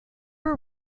are